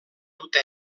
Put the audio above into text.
dute